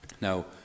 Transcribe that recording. now